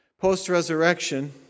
post-resurrection